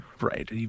Right